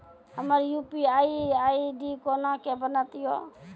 हमर UPI ID कोना के बनत यो?